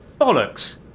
Bollocks